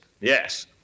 Yes